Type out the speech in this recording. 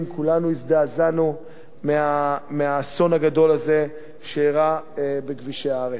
כולנו הזדעזענו מהאסון הגדול הזה שאירע בכבישי הארץ.